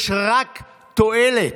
יש רק תועלת.